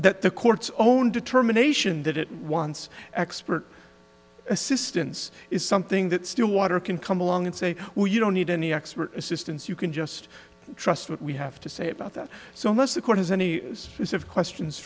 that the court's own determination that it wants expert assistance is something that stillwater can come along and say well you don't need any expert assistance you can just trust what we have to say about that so unless the court has any specific questions